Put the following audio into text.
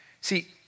See